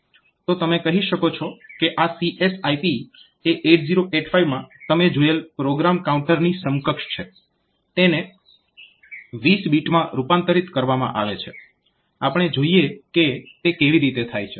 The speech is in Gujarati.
તો તમે કહી શકો છો કે આ CSIP એ 8085 માં તમે જોયેલ પ્રોગ્રામ કાઉન્ટરની સમકક્ષ છે તેને 20 બીટમાં રૂપાંતરીત કરવામાં આવે છે આપણે જોઈએ કે તે કેવી રીતે થાય છે